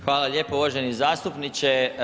Hvala lijepo uvaženi zastupniče.